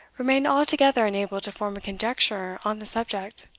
remained altogether unable to form a conjecture on the subject.